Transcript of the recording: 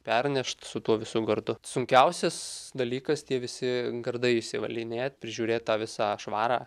pernešt su tuo visu gardu sunkiausias dalykas tie visi gardai išsivalinėt prižiūrėt tą visą švarą